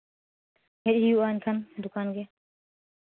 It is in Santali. ᱦᱮᱡ ᱦᱩᱭᱩᱜᱼᱟ ᱮᱱᱠᱷᱟᱱ ᱫᱳᱠᱟᱱ ᱜᱮ